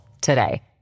today